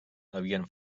havien